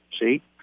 see